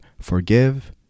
Forgive